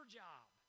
job